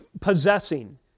possessing